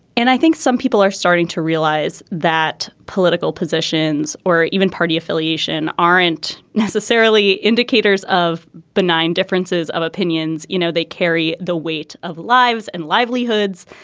and i think some people are starting to realize that political positions or even party affiliation aren't necessarily indicators of benign differences of opinions. you know they carry the weight of lives and livelihoods.